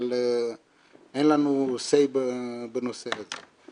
אבל אין לנו סיי בנושא הזה.